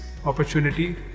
opportunity